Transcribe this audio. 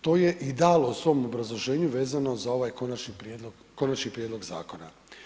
To je i dalo u svom obrazloženju vezano za ovaj konačni prijedlog zakona.